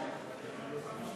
196) (תקופת שהות בישראל לעניין